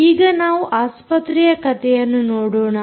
ಈಗ ನಾವು ಆಸ್ಪತ್ರೆಯ ಕಥೆಯನ್ನು ನೋಡೋಣ